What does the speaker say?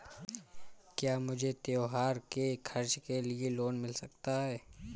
क्या मुझे त्योहार के खर्च के लिए लोन मिल सकता है?